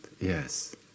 Yes